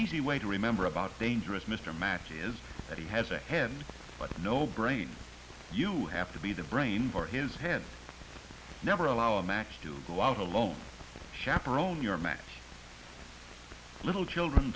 easy way to remember about dangerous mr matchy is that he has a hand but no brain you have to be the brain for his head never allow a match to go out alone chaperone your match little children